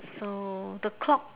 so the clock